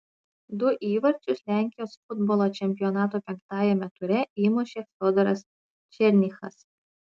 du įvarčius lenkijos futbolo čempionato penktajame ture įmušė fiodoras černychas